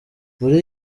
muri